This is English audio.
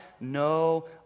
no